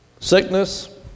sickness